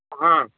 ਹਾਂ